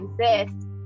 exist